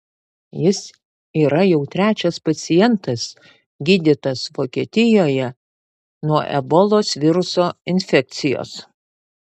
jis yra jau trečias pacientas gydytas vokietijoje nuo ebolos viruso infekcijos